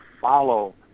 follow